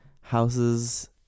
houses